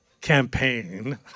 campaign